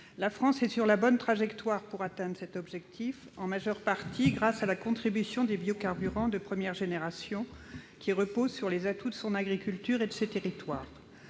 La France est sur la bonne trajectoire pour atteindre cet objectif, en majeure partie grâce à la contribution des biocarburants de première génération, qui repose sur les atouts de son agriculture et de ses territoires.